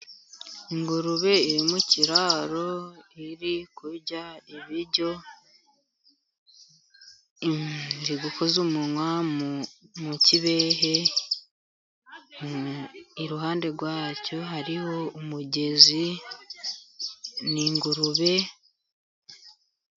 Ingurube iri mukiraro, iri kurya ibiryo . Iri gukoza umunwa mu kibehe ,iruhande rwacyo hariho umugezi. Ni ingurube.